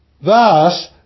Thus